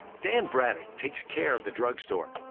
dan braddock takes care of the drugstore,